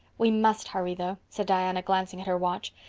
we must hurry though, said diana, glancing at her watch.